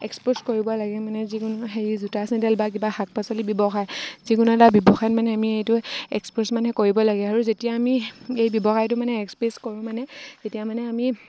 expose কৰিব লাগে মানে যিকোনো হেৰি জোতা চেণ্ডেল বা কিবা শাক পাচলি ব্যৱসায় যিকোনো এটা ব্যৱসায়ত মানে আমি এইটো এক্সপ'জ মানে কৰিব লাগে আৰু যেতিয়া আমি এই ব্যৱসায়টো মানে এক্সপ্ৰেছ কৰোঁ মানে তেতিয়া মানে আমি